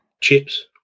chips